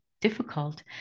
difficult